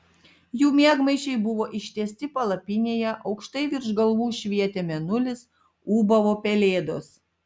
jų miegmaišiai buvo ištiesti palapinėje aukštai virš galvų švietė mėnulis ūbavo pelėdos